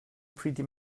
pretty